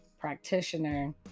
practitioner